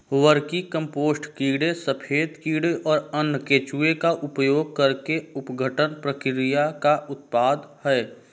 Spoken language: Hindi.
वर्मीकम्पोस्ट कीड़े सफेद कीड़े और अन्य केंचुए का उपयोग करके अपघटन प्रक्रिया का उत्पाद है